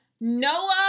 Noah